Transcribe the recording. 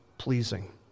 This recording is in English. pleasing